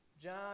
John